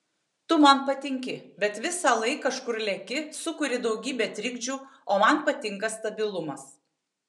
tu man patinki bet visąlaik kažkur leki sukuri daugybę trikdžių o man patinka stabilumas